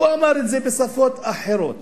והוא אמר את זה בשפות אחרות,